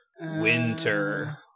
winter